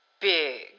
big